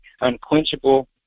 unquenchable